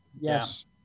yes